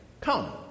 Come